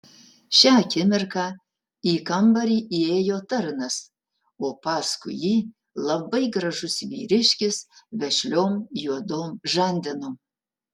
šią akimirką į kambarį įėjo tarnas o paskui jį labai gražus vyriškis vešliom juodom žandenom